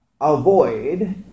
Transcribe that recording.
avoid